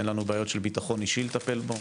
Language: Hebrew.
אין לנו בעיות של ביטחון אישי לטפל בהן?